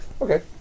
Okay